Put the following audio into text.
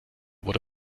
wurde